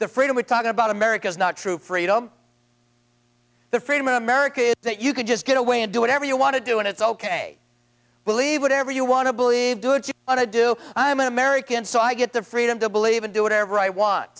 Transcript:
the freedom we're talking about america is not true freedom the freedom of america is that you can just get away and do whatever you want to do and it's ok believe whatever you want to believe do it you want to do i'm an american so i get the freedom to believe and do whatever i want